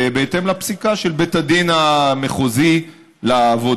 ובהתאם לפסיקה של בית הדין המחוזי לעבודה,